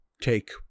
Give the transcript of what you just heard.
take